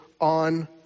on